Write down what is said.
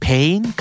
Pain